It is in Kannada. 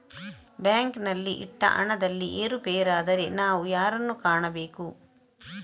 ಬ್ಯಾಂಕಿನಲ್ಲಿ ಇಟ್ಟ ಹಣದಲ್ಲಿ ಏರುಪೇರಾದರೆ ನಾವು ಯಾರನ್ನು ಕಾಣಬೇಕು?